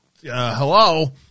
hello